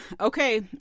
Okay